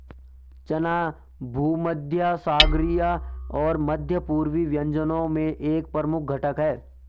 चना भूमध्यसागरीय और मध्य पूर्वी व्यंजनों में एक प्रमुख घटक है